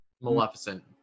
Maleficent